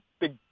big